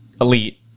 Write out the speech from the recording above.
elite